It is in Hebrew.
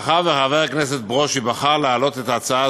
מאחר שחבר הכנסת ברושי בחר להעלות את ההצעה